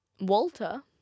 Walter